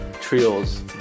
trio's